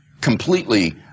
completely